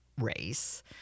race